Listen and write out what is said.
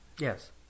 Yes